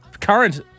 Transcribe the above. current